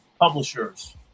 publishers